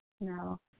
No